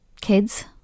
kids